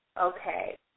Okay